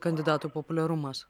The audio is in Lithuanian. kandidatų populiarumas